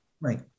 Right